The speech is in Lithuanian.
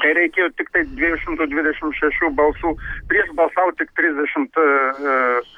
tereikėjo tiktai dviejų šimtų dvidešimt šešių balsų prieš balsavo tik trisdešimt